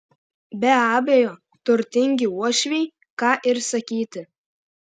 be abejo turtingi uošviai ką ir sakyti